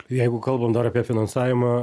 jeigu kalbant dar apie finansavimą